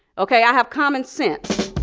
ok? i have common sense